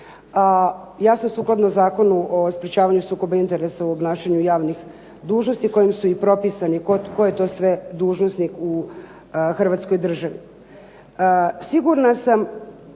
jasno sukladno Zakonu o sprječavanju sukoba interesa u obnašanju javnih dužnosti kojim su i propisani tko je to sve dužnosnik u Hrvatskoj državi. Sigurna sam